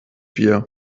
wir